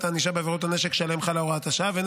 הענישה בעבירות הנשק שעליהן חלה הוראת השעה והן